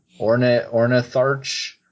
Ornitharch